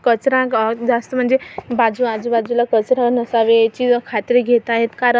कचरा कं जास्त म्हणजे बाजु आजुबाजूला कचरा नसावे याची खात्री घेत आहेत कारण